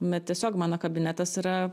bet tiesiog mano kabinetas yra